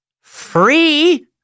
Free